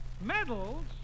Medals